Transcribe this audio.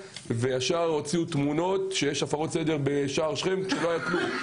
ישר הוציאו תמונות שיש הפרות סדר בשער שכם כשלא היה כלום.